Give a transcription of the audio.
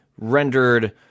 rendered